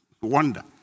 wonder